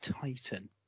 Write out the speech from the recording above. Titan